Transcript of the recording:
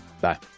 Bye